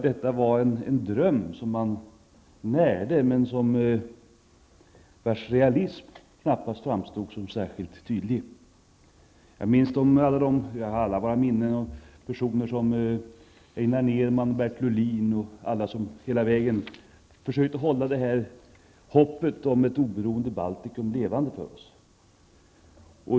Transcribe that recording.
Detta var en dröm som man närde men vars realism knappast framstod som särskilt tydlig. Vi minns personer som Birger Nerman, Bertil Ohlin och andra som försökte hålla detta hopp om ett oberoende Baltikum levande för oss.